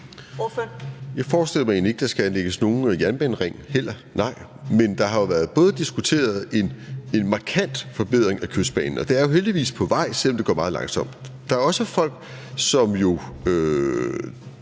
Jeg forestiller mig egentlig ikke, at der skal anlægges nogen jernbanering heller, nej. Men der er blevet diskuteret en markant forbedring af Kystbanen, og det er heldigvis på vej, selv om det går meget langsomt. Og der er også folk, som jo